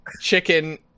chicken